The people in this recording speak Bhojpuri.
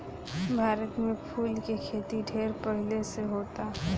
भारत में फूल के खेती ढेर पहिले से होता